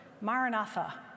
Maranatha